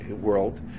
world